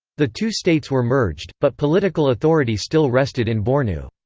the two states were merged, but political authority still rested in bornu.